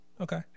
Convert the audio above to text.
Okay